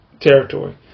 territory